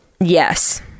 Yes